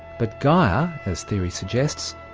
but gaia, as theory suggests,